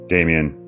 Damien